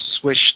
swish